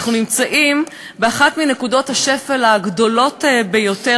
אנחנו נמצאים באחת מנקודות השפל העמוקות ביותר